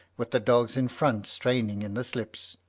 with the dogs in front straining in the slips.